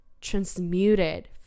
transmuted